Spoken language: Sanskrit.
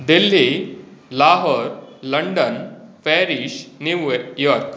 Delhi Lahore London Paris New York